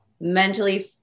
mentally